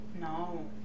No